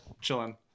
chilling